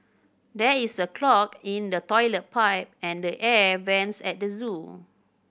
there is a clog in the toilet pipe and the air vents at the zoo